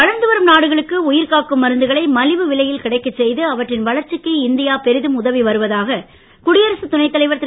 வளர்ந்து வரும் நாடுகளுக்கு உயிர் காக்கும் மருந்துகளை மலிவு விலையில் கிடைக்கச் செய்து அவற்றின் வளர்ச்சிக்கு இந்தியா பெரிதும் உதவி வருவதாக குடியரசுத் துணைத்தலைவர் திரு